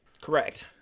Correct